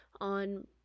on